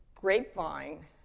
grapevine